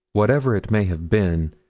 whatever it may have been,